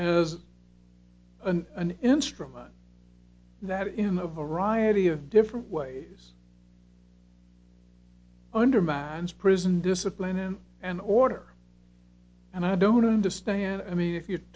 seen as an instrument that in a variety of different ways undermines prison discipline and an order and i don't understand i mean if you're